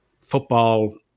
football